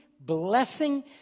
blessing